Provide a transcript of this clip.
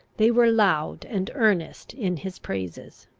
they were loud and earnest in his praises.